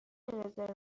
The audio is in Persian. رزرو